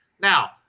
Now